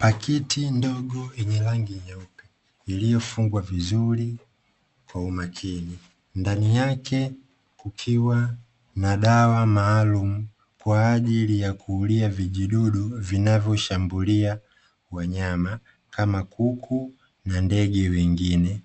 Pakiti ndogo yenye rangi nyeupe iliyofungwa vizuri kwa umakini ndani yake kukiwa na dawa maalumu kwa ajili ya kuulia vijidudu vinavyo shambulia wanyama, kama kuku na ndege wengine